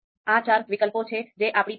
આ ચાર વિકલ્પો છે જે આપણી પાસે છે